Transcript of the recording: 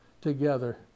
together